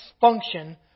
function